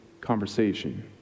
conversation